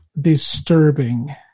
disturbing